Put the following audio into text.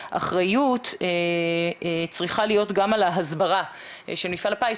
מהאחריות צריכה להיות גם על ההסברה של מפעל הפיס.